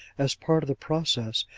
as part of the process,